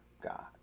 God